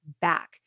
back